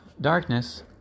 darkness